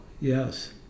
Yes